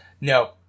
no